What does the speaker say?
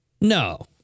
No